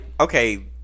Okay